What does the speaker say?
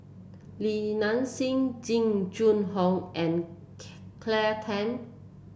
Li Nanxing Jing Jun Hong and Claire Tham